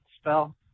Spell